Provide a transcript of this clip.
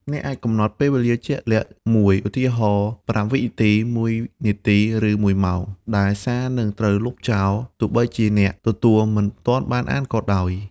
អ្នកអាចកំណត់ពេលវេលាជាក់លាក់មួយ (ឧទាហរណ៍ ៥ វិនាទី ១ នាទី ឬ ១ ម៉ោង) ដែលសារនឹងត្រូវលុបចោល ទោះបីជាអ្នកទទួលមិនទាន់បានអានក៏ដោយ។